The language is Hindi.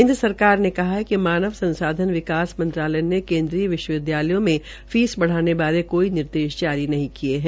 केन्द्र सरकार ने कहा है कि मानव संसाधन विकास मंत्रालय ने केन्द्रीय विश्वविद्यालयों में फीस बढ़ाने बारे कोई निर्देश जारी नहीं किये है